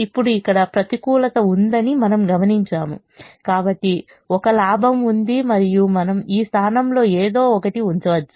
ఇప్పుడు ఇక్కడ ప్రతికూలత ఉందని మనము గమనించాము కాబట్టి ఒక లాభం ఉంది మరియు మనం ఈ స్థానంలో ఏదో ఒకటి ఉంచవచ్చు